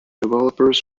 developers